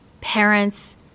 parents